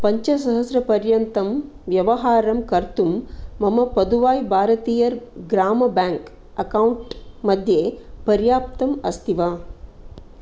पञ्चसहस्रपर्यन्तं व्यवहारं कर्तुं मम पदुवाय भारतियर् ग्राम बाङ्क् अक्कौण्ट् मध्ये पर्याप्तम् अस्ति वा